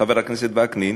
חבר הכנסת וקנין,